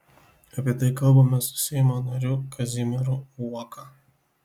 apie tai kalbamės su seimo nariu kazimieru uoka